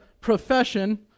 Profession